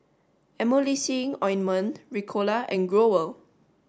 emulsying ointment Ricola and Growell